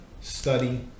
study